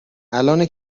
الانه